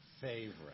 favorite